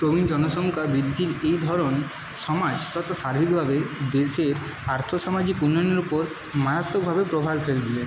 প্রবীণ জনসংখ্যা বৃদ্ধির এই ধরন সমাজ তথা সার্বিকভাবেই দেশের আর্থসামাজিক উন্নয়নের উপর মারাত্মকভাবে প্রভাব ফেলবে